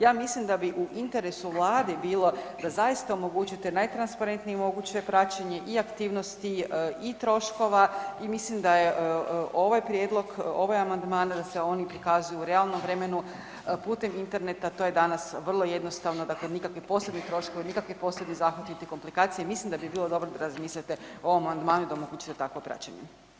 Ja mislim da bi u interesu Vladi bilo da zaista omogući te najtransparentnije moguće praćenje i aktivnosti i troškova i mislim da je ovaj prijedlog, ovaj amandman da se oni prikazuju u realnom vremenu putem interneta, to je danas vrlo jednostavno, dakle nikakvi posebni troškovi, nikakvi posebni zahvati niti komplikacije, mislim da bi bilo dobro da razmislite o ovom amandmanu i da omogućite tako praćenje.